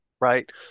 right